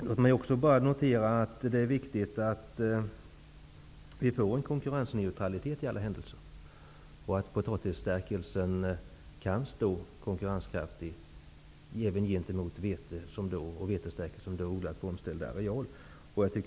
Låt mig också bara notera att det är viktigt att vi i alla händelser får en konkurrensneutralitet, så att produktionen av potatisstärkelsen kan bli konkurrenskraftig även mot vete och vetestärkelse som odlas på omställd areal.